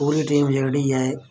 पूरी टीम जेह्ड़ी ऐ